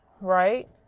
right